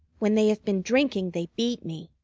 when they have been drinking they beat me.